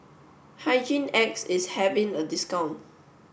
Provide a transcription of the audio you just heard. Hygin X is having a discount